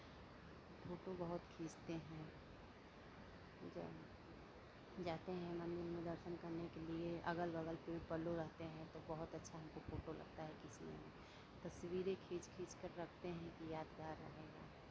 photo बहुत खींचते हैं जा जाते हैं मंदिर में दर्शन करने के लिये अगल बगल पेड़ पल्लो रहते हैं तो बहुत अच्छा हमको फोटो लगता है खींचने में तस्वीरें खींच खींच कर रखते कि यादगार रहेगा